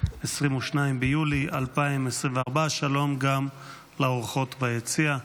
22 ביולי 2024. שלום גם לאורחות ביציע.